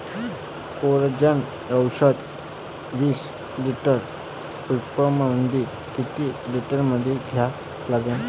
Coragen औषध विस litre पंपामंदी किती मिलीमिटर घ्या लागन?